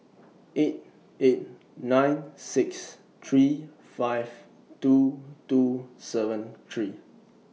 eight eight nine six three five two two seven three